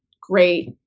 great